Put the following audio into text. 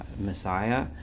Messiah